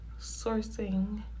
sourcing